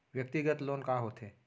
व्यक्तिगत लोन का होथे?